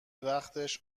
وقتش